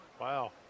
wow